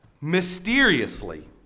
mysteriously